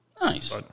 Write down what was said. nice